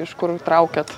iš kur traukiat